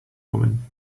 woman